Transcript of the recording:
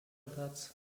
buds